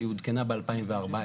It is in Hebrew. היא עודכנה ב-2014.